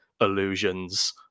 illusions